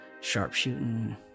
sharpshooting